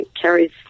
carries